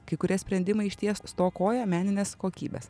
kai kurie sprendimai išties stokoja meninės kokybės